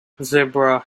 zebra